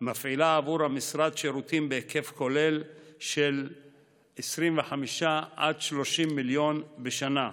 מפעילה בעבור המשרד שירותים בהיקף כולל של 25 עד 30 מיליון שקל בשנה,